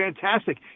fantastic